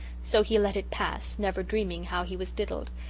so he let it pass, never dreaming how he was diddled.